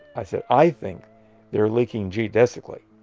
i said, i think they're leaking geodesicly.